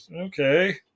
okay